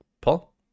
Paul